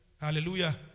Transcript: Hallelujah